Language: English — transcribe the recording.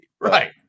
Right